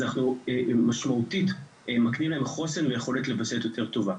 אז אנחנו משמעותית מקנים להם חוסן ויכולת לוויסות יותר טובה.